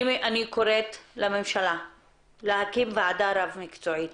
אני קוראת לממשלה להקים ועדה רב מקצועית